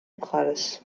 მხარეს